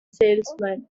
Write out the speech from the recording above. salesman